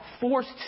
forced